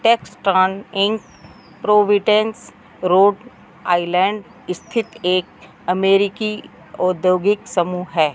Textron Inc Providence Rhode Island स्थित एक अमेरिकी औद्योगिक समूह है